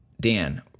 Dan